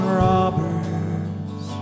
robbers